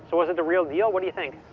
so, was it the real deal? what do you think?